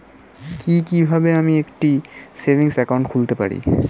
কি কিভাবে আমি একটি সেভিংস একাউন্ট খুলতে পারি?